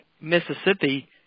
Mississippi